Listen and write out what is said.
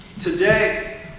Today